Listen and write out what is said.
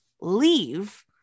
leave